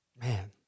Man